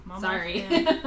Sorry